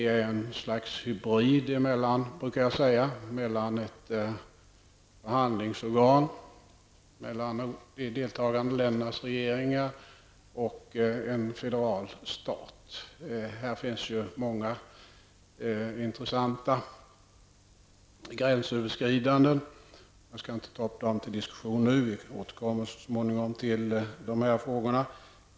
Jag brukar säga att EG är ett slags hybrid mellan ett förhandlingsorgan för de deltagande ländernas regeringar och en federal stat. Det finns många intressanta gränsöverskridanden. Jag skall inte ta upp dessa till diskussion nu. Vi återkommer så småningom till de här frågorna.